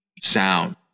sound